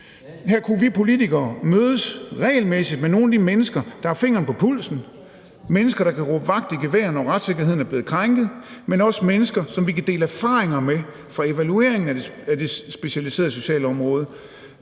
Her kunne vi politikere mødes regelmæssigt med nogle af de mennesker, der har fingeren på pulsen; mennesker, der kan råbe vagt i gevær, når retssikkerheden er blevet krænket; men også mennesker, som vi kan dele erfaringer med fra evalueringen af det specialiserede socialområde,